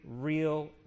real